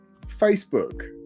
Facebook